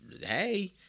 Hey